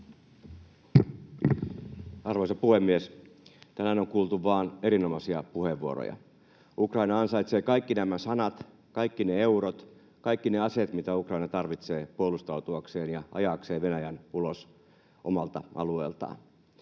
Arvoisa puhemies! Tänään on kuultu vain erinomaisia puheenvuoroja. Ukraina ansaitsee kaikki nämä sanat, kaikki ne eurot, kaikki ne aseet, mitä Ukraina tarvitsee puolustautuakseen ja ajaakseen Venäjän ulos omalta alueeltaan.